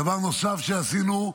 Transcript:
דבר נוסף שעשינו,